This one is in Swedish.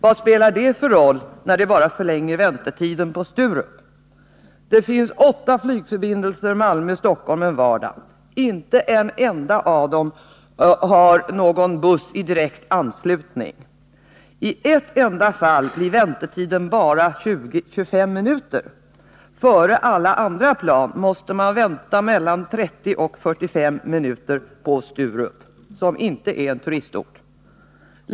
Vad spelar det för roll när det bara förlänger väntetiden på Sturup? Det finns åtta flygförbindelser Malmö-Stockholm en vardag. Inte en enda av dem har någon buss i direkt anslutning. I ett enda fall blir väntetiden bara 20-25 minuter. Före alla andra plan måste man vänta mellan 30 och 45 minuter på Sturup, som inte är en turistort.